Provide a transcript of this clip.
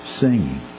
singing